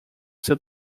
seu